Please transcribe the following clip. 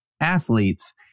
athletes